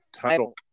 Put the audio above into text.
title